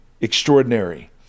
extraordinary